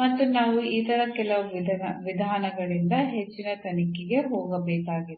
ಮತ್ತು ನಾವು ಇತರ ಕೆಲವು ವಿಧಾನಗಳಿಂದ ಹೆಚ್ಚಿನ ತನಿಖೆಗೆ ಹೋಗಬೇಕಾಗಿದೆ